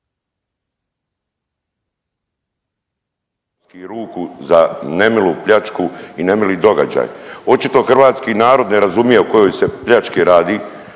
ruku za nemilu pljačku i nemili događaj. Očito hrvatski narod ne razumije o kojoj se pljački radi.